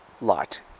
light